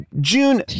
June